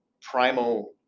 primal